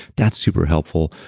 that's super helpful.